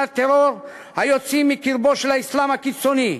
הטרור היוצאים מקרבו של האסלאם הקיצוני,